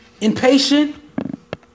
Impatient